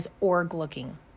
org-looking